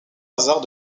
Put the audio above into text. lazare